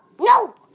no